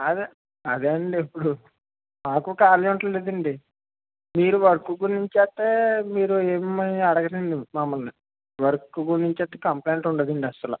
అదే అదే అండి ఇప్పుడు మాకు ఖాళీ ఉండట్లేదు అండి మీరు వర్క్ గురించి అయితే మీరు ఏమీ అడగరండి మమ్మల్ని వర్క్ గురించైతే కంప్లైంట్ ఉండదండి అసలు